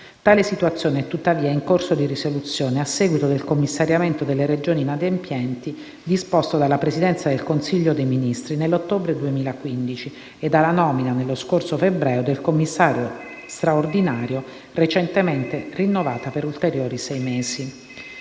Tale situazione, tuttavia, è in corso di risoluzione, a seguito del commissariamento delle Regioni inadempienti disposto dalla Presidenza del Consiglio dei ministri nell'ottobre del 2015 ed alla nomina, nello scorso febbraio, del commissario straordinario, recentemente rinnovata per ulteriori sei mesi.